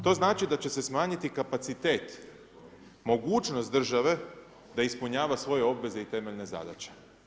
To znači da će se smanjiti kapacitet, mogućnost države da ispunjava svoje obveze i temeljne zadaće.